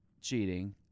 cheating